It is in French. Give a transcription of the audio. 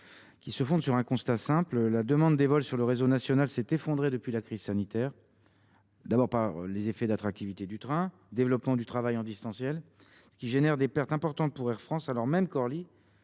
d’abord sur un constat simple : la demande des vols sur le réseau national s’est effondrée depuis la crise sanitaire, du fait principalement de l’attractivité du train et du développement du travail en distanciel, ce qui entraîne des pertes importantes pour Air France, alors même qu’Orly,